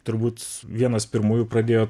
turbūt vienas pirmųjų pradėjot